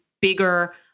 bigger